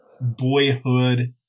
boyhood